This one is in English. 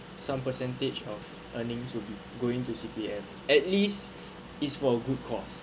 some percentage of earnings will be going to C_P_F at least is for a good cause